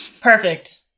Perfect